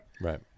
Right